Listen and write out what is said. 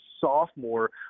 sophomore